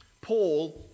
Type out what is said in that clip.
Paul